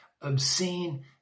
obscene